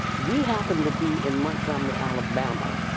we happened to be in montgomery, alabama,